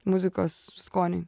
muzikos skonį